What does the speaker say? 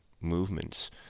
movements